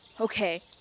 Okay